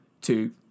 two